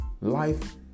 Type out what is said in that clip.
life